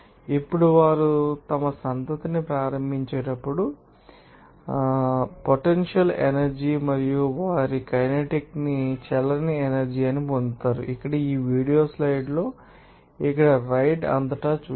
ఇప్పుడు వారు తమ సంతతిని ప్రారంభించేటప్పుడు శాపం నష్ట పొటెన్షియల్ ఎనర్జీ మరియు వారు వారి కైనెటిక్ ని చలన ఎనర్జీ ని పొందారు ఇక్కడ ఈ వీడియోను స్లైడ్లలో ఇక్కడ రైడ్ అంతటా చూశారు